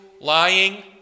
lying